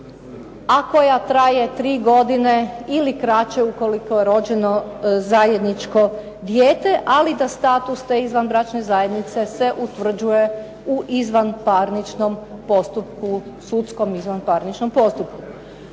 koja traje 3 godine ili kraće ukoliko je rođeno zajedničko dijete, ali da status te izvanbračne zajednice se utvrđuje u izvanparničnom postupku,